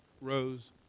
rose